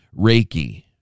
Reiki